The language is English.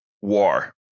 war